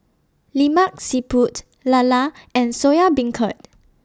Lemak Siput Lala and Soya Beancurd